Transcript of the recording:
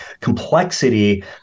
complexity